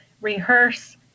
rehearse